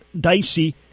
dicey